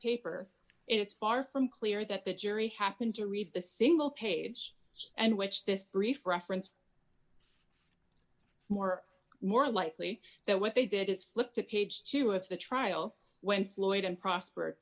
paper it is far from clear that the jury happened to read the single page and which this brief reference more more likely that what they did is flip to page two of the trial when floyd and prosper